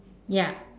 ya